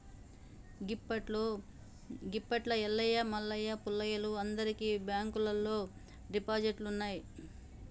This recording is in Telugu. గిప్పట్ల ఎల్లయ్య మల్లయ్య పుల్లయ్యలు అందరికి బాంకుల్లల్ల డిపాజిట్లున్నయ్